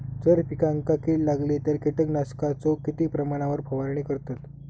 जर पिकांका कीड लागली तर कीटकनाशकाचो किती प्रमाणावर फवारणी करतत?